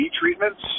treatments